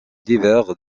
divers